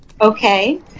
Okay